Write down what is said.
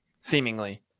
seemingly